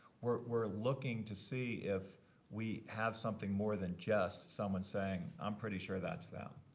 we're looking to see if we have something more than just someone saying i'm pretty sure that's them.